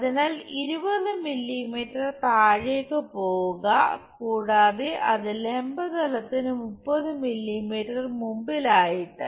അതിനാൽ 20 മില്ലീമീറ്റർ താഴേക്ക് പോകുക കൂടാതെ അത് ലംബ തലത്തിന് 30 മില്ലീമീറ്റർ മുമ്പിലായിട്ടാണ്